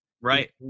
Right